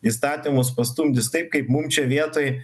įstatymus pastumdys taip kaip mum čia vietoj